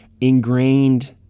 ingrained